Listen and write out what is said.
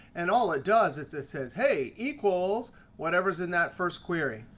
and all it does is it says, hey, equals whatever's in that first query.